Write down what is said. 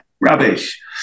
rubbish